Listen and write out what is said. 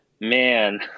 Man